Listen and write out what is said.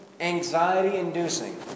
anxiety-inducing